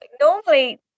normally